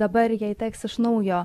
dabar jai teks iš naujo